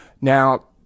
now